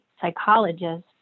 psychologist